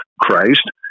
Christ